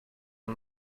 een